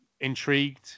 intrigued